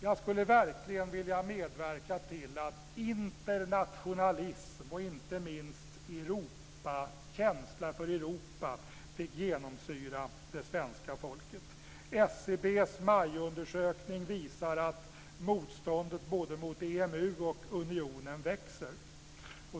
Jag skulle verkligen vilja medverka till att internationalism och inte minst känsla för Europa fick genomsyra det svenska folket. SCB:s majundersökning visar att motståndet mot både EMU och unionen växer.